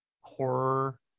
horror